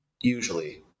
usually